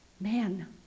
Man